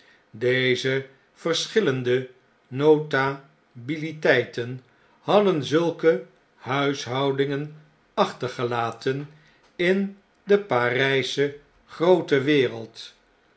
deze verschillende notabiliteiten hadden zulke huishoudingen achtergelaten in de parflsche groote wereld